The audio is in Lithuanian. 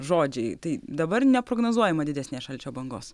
žodžiai tai dabar neprognozuojama didesnės šalčio bangos